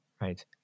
Right